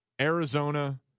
Arizona